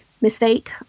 mistake